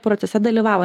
procese dalyvavo